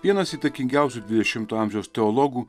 vienas įtakingiausių dvidešimto amžiaus teologų